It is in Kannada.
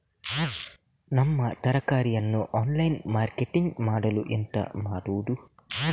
ನಮ್ಮ ತರಕಾರಿಯನ್ನು ಆನ್ಲೈನ್ ಮಾರ್ಕೆಟಿಂಗ್ ಮಾಡಲು ಎಂತ ಮಾಡುದು?